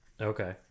Okay